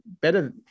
better